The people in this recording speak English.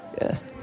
Yes